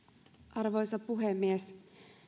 arvoisa puhemies